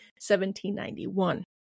1791